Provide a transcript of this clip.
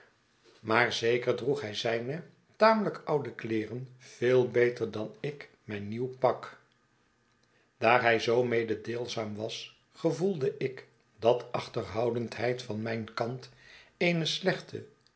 maar zeker droeg hij zijne tamelijk oude kleeren veel beter dan ik mijn nieuw pak daar hij zoo mededeelzaam was gevoelde ik dat achterhoudendheid van mijn kant eene slechte